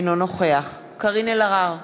אינו נוכח קארין אלהרר,